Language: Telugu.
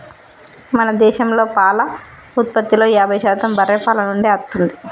మన దేశంలో పాల ఉత్పత్తిలో యాభై శాతం బర్రే పాల నుండే అత్తుంది